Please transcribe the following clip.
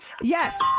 Yes